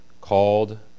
called